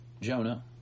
Jonah